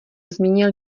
zmínil